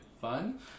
fun